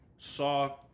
Saw